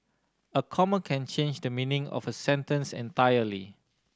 a comma can change the meaning of a sentence entirely